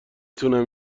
تونم